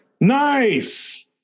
Nice